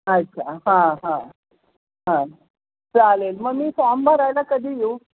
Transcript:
अच्छा हां हां हां चालेल मग मी फॉम भरायला कधी येऊ